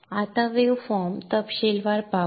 आता wave form तपशीलवार पाहू